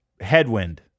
headwind